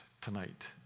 tonight